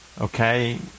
okay